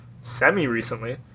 semi-recently